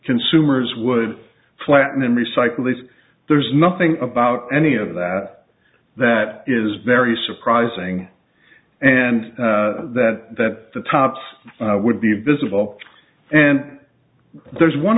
consumers would flatten and recycle if there's nothing about any of that that is very surprising and that that the tops would be visible and there's one